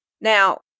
Now